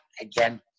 again